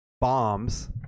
bombs